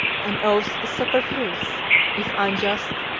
an oath is superfluous if unjust,